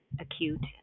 acute